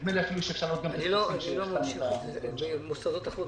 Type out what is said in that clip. ונדמה לי שאפשר אפילו לראות את הטפסים שעליהם החתמנו את מנהלי המוסדות.